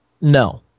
No